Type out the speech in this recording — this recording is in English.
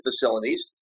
facilities